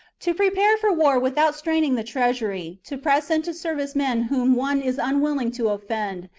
to prepare for war without straining the trea sury, to press into service men whom one is unwilling to offend,